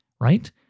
right